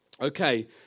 Okay